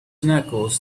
knuckles